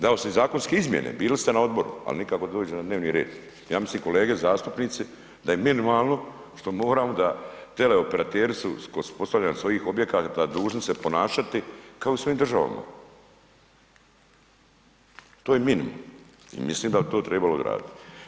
Dao sam i zakonske izmjene, bili ste na Odboru ali nikako da dođe na dnevni red, ja mislim kolege zastupnici da je minimalno što moramo da, teleoperateri su kod postavljanja svojih objekata dužni se ponašati kao u svojim državama, to je minimum, i mislim da bi to tribalo odradit.